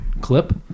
clip